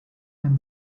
and